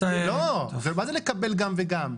לא, מה זה לקבל גם וגם?